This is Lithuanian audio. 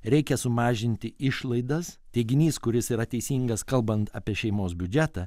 reikia sumažinti išlaidas teiginys kuris yra teisingas kalbant apie šeimos biudžetą